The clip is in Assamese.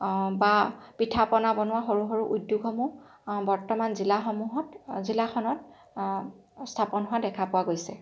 বা পিঠা পনা বনোৱা সৰু সৰু উদ্যোগসমূহ বৰ্তমান জিলাসমূহত জিলাখনত স্থাপন হোৱা দেখা পোৱা গৈছে